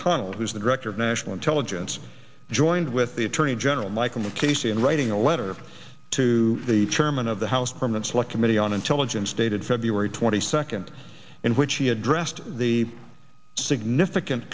mcconnell who's the director of national intelligence joined with the attorney general michael mukasey in writing a letter to the chairman of the house permanent select committee on intelligence dated february twenty second in which he addressed the significant